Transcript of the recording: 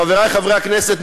חברי חברי הכנסת,